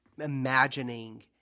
imagining